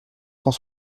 cent